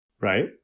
right